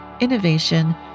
innovation